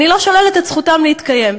ואני לא שוללת את זכותם להתקיים.